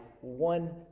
one